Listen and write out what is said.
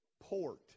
port